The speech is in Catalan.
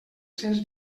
cents